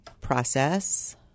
process